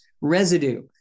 residue